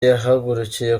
yahagurukiye